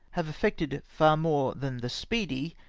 have effected far more than the speedy,